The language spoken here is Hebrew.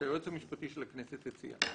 שהיועץ המשפטי של הכנסת הציע.